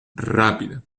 rápida